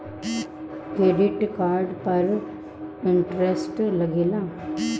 Credit card पर interest लागेला?